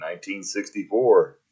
1964